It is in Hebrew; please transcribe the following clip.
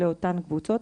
לאותן קבוצות,